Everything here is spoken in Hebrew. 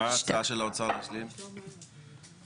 יש מבנה שהוא מבנה מאוד פשוט מבחינתנו כמו גן ילדים טרומי.